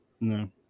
no